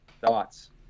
thoughts